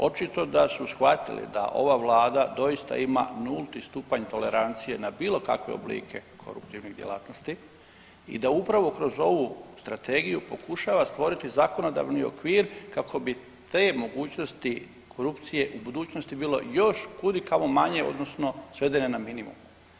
Očito sa su shvatili da ova Vlada doista ima nulti stupanj tolerancije na bilo kakve oblike koruptivnih djelatnosti i da upravo kroz ovu Strategiju pokušava stvoriti zakonodavni okvir kako bi te mogućnosti korupcije u budućnosti bilo još kud i kamo manje, odnosno svedene na minimum.